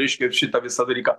reiškia ir šitą visą dalyką